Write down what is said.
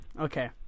Okay